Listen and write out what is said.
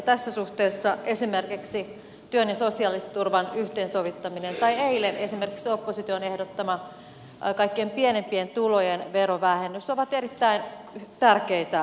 tässä suhteessa esimerkiksi työn ja sosiaaliturvan yhteensovittaminen tai esimerkiksi opposition eilen ehdottama kaikkein pienimpien tulojen verovähennys ovat erittäin tärkeitä keinoja